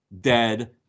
dead